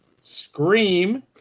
Scream